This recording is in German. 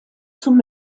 zum